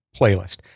playlist